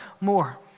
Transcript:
more